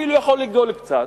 אפילו יכול לגדול קצת,